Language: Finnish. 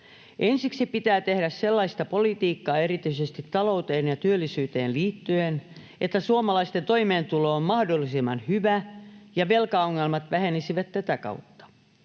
Ensiksi pitää tehdä sellaista politiikkaa erityisesti talouteen ja työllisyyteen liittyen, että suomalaisten toimeentulo on mahdollisimman hyvä ja velkaongelmat vähenisivät tätä kautta.